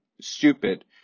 stupid